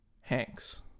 Hanks